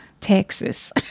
Texas